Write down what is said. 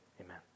amen